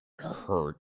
hurt